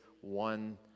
one